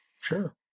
Sure